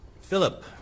Philip